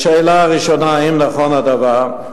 1. לשאלה הראשונה, האם נכון הדבר,